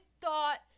thought